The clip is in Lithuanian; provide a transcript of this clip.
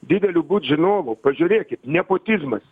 dideliu būt žinovu pažiūrėkit nepotizmas